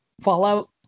Fallout